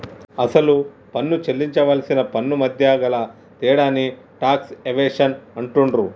అసలు పన్ను సేల్లించవలసిన పన్నుమధ్య గల తేడాని టాక్స్ ఎవేషన్ అంటుండ్రు